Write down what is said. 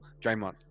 Draymond